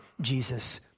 Jesus